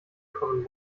common